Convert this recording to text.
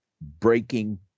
breaking